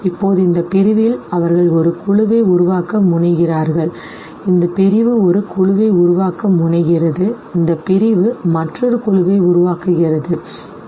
இப்போது இந்த பிரிவில் அவர்கள் ஒரு குழுவை உருவாக்க முனைகிறார்கள் இந்த பிரிவு ஒரு குழுவை உருவாக்க முனைகிறது இந்த பிரிவு மற்றொரு குழுவை உருவாக்குகிறது சரி